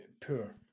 Poor